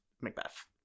Macbeth